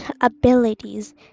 abilities